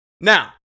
Now